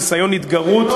ניסיון התגרות,